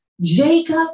Jacob